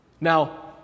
Now